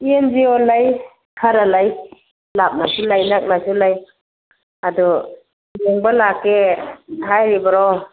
and G O ꯂꯩ ꯈꯔ ꯂꯩ ꯂꯥꯞꯅꯁꯨ ꯂꯩ ꯅꯛꯅꯁꯨ ꯂꯩ ꯑꯗꯨ ꯌꯦꯡꯕ ꯂꯥꯛꯀꯦ ꯍꯥꯏꯔꯤꯕ꯭ꯔꯣ